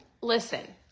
Listen